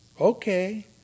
okay